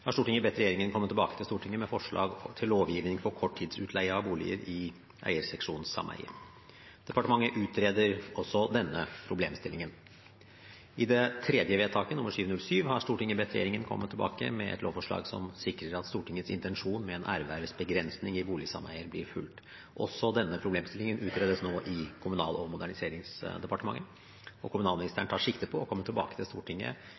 har Stortinget bedt «regjeringen komme tilbake til Stortinget med forslag til lovgivning for korttidsutleie av boligseksjoner.» Departementet utreder også denne problemstillingen. I det tredje vedtaket, 707, har Stortinget bedt «regjeringen komme tilbake til Stortinget med et lovforslag som sikrer at Stortingets intensjon med en ervervsbegrensning i boligsameier blir fulgt.» Også denne problemstillingen utredes nå i Kommunal- og moderniseringsdepartementet. Kommunalministeren tar sikte på å komme tilbake til Stortinget